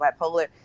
bipolar